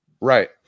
Right